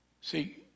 See